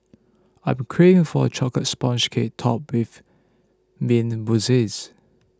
I am craving for a Chocolate Sponge Cake Topped with Mint Mousses